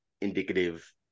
indicative